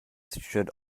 should